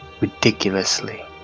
ridiculously